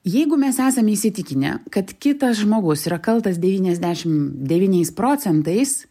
jeigu mes esam įsitikinę kad kitas žmogus yra kaltas devyniasdešim devyniais procentais